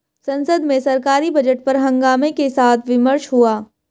संसद में सरकारी बजट पर हंगामे के साथ विमर्श हुआ